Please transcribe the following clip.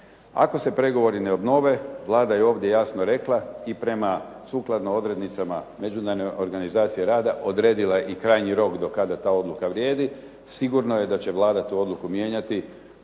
Ako se pregovori ne obnove Vlada je ovdje jasno rekla i prema sukladno odrednicama Međunarodne organizacije rada odredila je i krajnji rok do kada ta odluka vrijedi. Sigurno je da će Vlada tu odluku mijenja